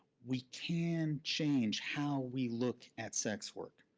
we can change how we look at sex work.